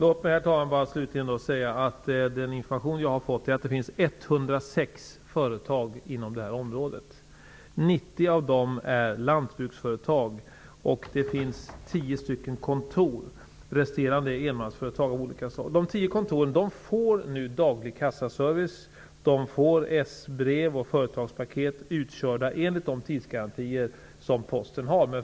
Herr talman! Låt mig säga att det enligt information som jag har fått finns 106 företag inom detta område. Av dessa är 90 lantbruksföretag, och det finns 10 kontor. De resterande är enmansföretag av olika slag. De 10 kontoren får daglig kassaservice samt får ESS-brev och företagspaket utkörda enligt de tidsgarantier som Posten ger.